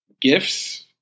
gifts